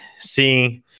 seeing